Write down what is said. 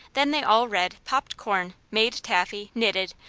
then they all read, popped corn, made taffy, knitted,